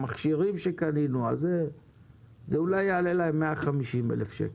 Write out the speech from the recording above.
המכשירים שקנינו עולים ואולי בדיקת הרכב תעלה להם 150 אלף שקלים.